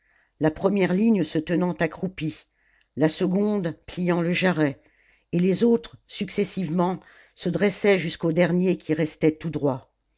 la première ligne se tenant accroupie la seconde pliant le jarret et les autres successivement se dressaient jusqu'aux derniers qui restaient tout droits